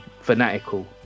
fanatical